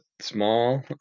small